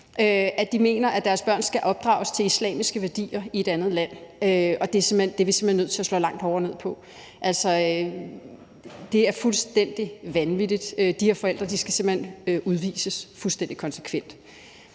at de mener, at deres børn skal opdrages efter islamiske værdier i et andet land. Det er vi simpelt hen nødt til at slå langt hårdere ned på. Det er fuldstændig vanvittigt. De her forældre skal simpelt hen udvises fuldstændig konsekvent.